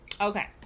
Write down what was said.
Okay